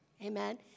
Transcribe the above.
Amen